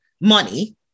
money